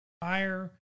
fire